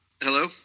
Hello